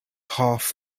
half